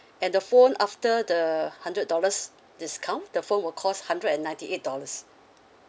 and the phone after the hundred dollars discount the phone will cost hundred and ninety eight dollars